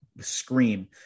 scream